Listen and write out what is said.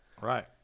right